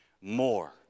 more